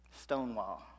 Stonewall